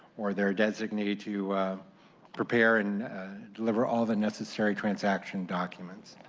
or their designee to prepare and deliver all the necessary transaction documents.